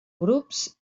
grups